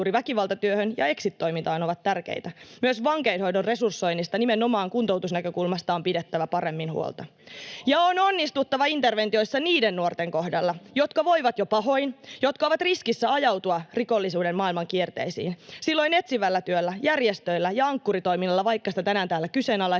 väkivaltatyöhön ja exit-toimintaan ovat tärkeitä. Myös vankeinhoidon resurssoinnista nimenomaan kuntoutusnäkökulmasta on pidettävä paremmin huolta, ja on onnistuttava interventioissa niiden nuorten kohdalla, jotka voivat jo pahoin ja jotka ovat riskissä ajautua rikollisuuden maailman kierteisiin. Silloin etsivällä työllä, järjestöillä ja Ankkuri-toiminnalla, vaikka sitä tänään täällä kyseenalaistettiin,